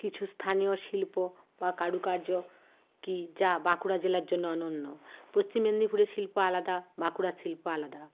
কিছু স্থানীয় শিল্প বা কারুকার্য কী যা বাঁকুড়া জেলার জন্য অনন্য পশ্চিম মেদিনীপুরের শিল্প আলাদা বাঁকুড়ার শিল্প আলাদা